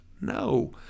No